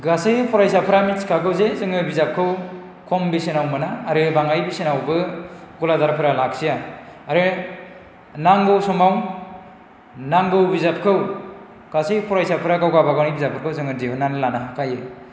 गासै फरायसाफ्रा मिथिखागौ जे जोङो बिजाबखौ खम बेसेनाव मोना आरो बाङाय बेसेनावबो गलादारफ्रा लाखिया आरो नांगौ समाव नांगौ बिजाबखौ गासै फरायसाफ्रा गाव गाबागावनि बिजाबखौ दिहुननानै लानो हाखायो